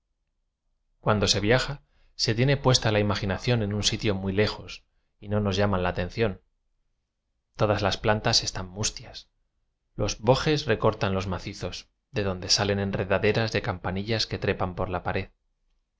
cuando se viaja se tiene puesta la imagina ción en un sitio muy lejos y no nos llaman la atención todas las plantas están mus tias los bojes recortan los macizos de donde salen enredaderas de campanillas que trepan por la pared